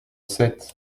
sept